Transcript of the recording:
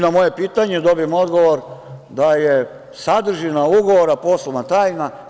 Na moje pitanje dobijem odgovor da je sadržina ugovora poslovna tajna.